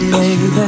Baby